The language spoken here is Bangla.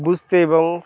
বুঝতে এবং